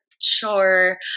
sure